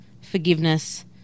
forgiveness